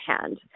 hand